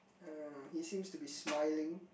uh he seems to be smiling